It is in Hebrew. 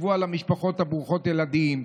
תחשבו על המשפחות ברוכות הילדים,